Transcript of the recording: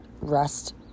rest